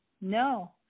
no